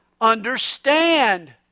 understand